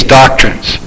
doctrines